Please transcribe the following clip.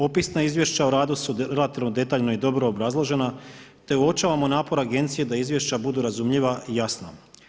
Opisna izvješća o radu su relativno detaljno i dobro obrazložena te uočavamo napor agencije da izvješća budu razumljiva i jasna.